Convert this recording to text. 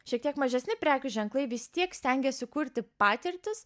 šiek tiek mažesni prekių ženklai vis tiek stengiasi kurti patirtis